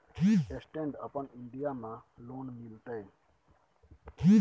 Stand up India में loan मिलते?